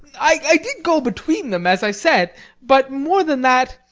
i did go between them, as i said but more than that,